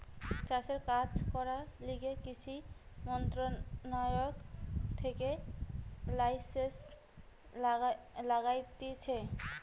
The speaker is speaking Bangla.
চাষের কাজ করার লিগে কৃষি মন্ত্রণালয় থেকে লাইসেন্স লাগতিছে